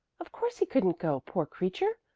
of course he couldn't go, poor creature.